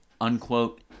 unquote